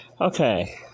Okay